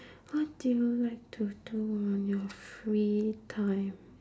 what do you like to do on your free time